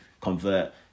convert